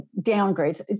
downgrades